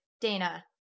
dana